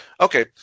Okay